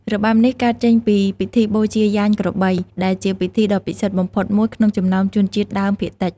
របាំនេះកើតចេញពីពិធីបូជាយញ្ញក្របី ដែលជាពិធីដ៏ពិសិដ្ឋបំផុតមួយក្នុងចំណោមជនជាតិដើមភាគតិច។